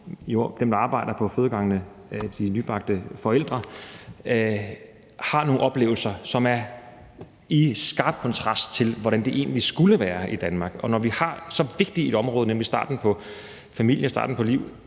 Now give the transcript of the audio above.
dem, der arbejder på fødegangene, og de nybagte forældre har nogle oplevelser, som står i skarp kontrast til, hvordan det egentlig skulle være i Danmark. Og når vi har så vigtigt et område, nemlig starten på familien, starten på livet,